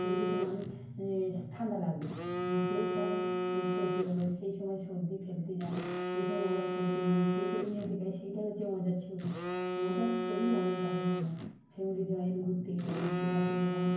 কিছু কিছু মানুষ ঠান্ডা লাগলো যেই সময় সর্দি হলো সেই সময় সর্দি ফেলতে যায় সেই সময় আমরা ছবি তুলে নিই সেই ছবি নিয়ে দেখাই সেইটাই হচ্ছে মজার ছবি মজার ছবি অনেক রকমের হয় ফ্যামিলি জয়েন্ট ঘুরতে গেলাম বেড়াতে গেলাম